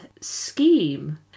scheme